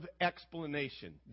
explanation